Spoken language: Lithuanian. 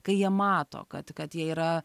kai jie mato kad kad jie yra